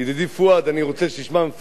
ידידי פואד, אני רוצה שתשמע, מפקדי,